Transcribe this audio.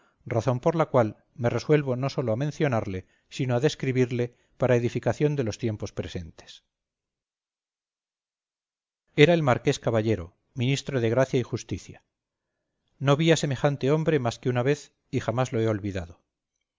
razón por la cual me resuelvo no sólo a mencionarle sino a describirle para edificación de los tiempos presentes era el marqués caballero ministro de gracia y justicia no vi a semejante hombre más que una vez y jamás lo he olvidado